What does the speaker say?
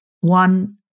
one